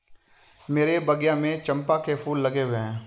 मेरे बगिया में चंपा के फूल लगे हुए हैं